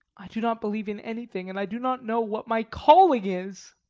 i do not believe in anything, and i do not know what my calling is.